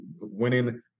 winning